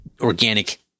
organic